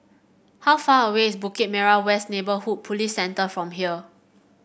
how far away is Bukit Merah West Neighbourhood Police Centre from here